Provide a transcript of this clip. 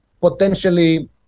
potentially